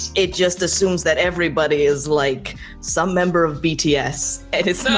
it just assumes that everybody is like some member of bts, and it's not